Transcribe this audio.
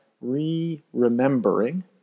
re-remembering